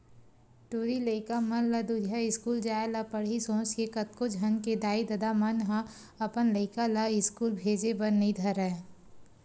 टूरी लइका मन ला दूरिहा इस्कूल जाय ल पड़ही सोच के कतको झन के दाई ददा मन ह अपन लइका ला इस्कूल भेजे बर नइ धरय